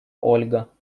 ольга